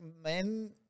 men